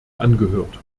angehört